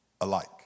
alike